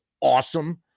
awesome